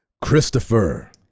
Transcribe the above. Christopher